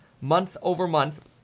month-over-month